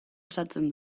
osatzen